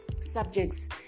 Subjects